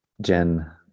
Jen